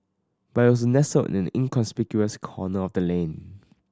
but it was nestled in an inconspicuous corner of the lane